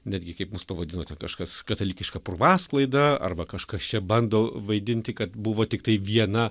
netgi kaip jūs pavadinote kažkas katalikiška purvasklaida arba kažkas čia bando vaidinti kad buvo tiktai viena